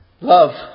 Love